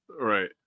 Right